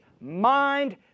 mind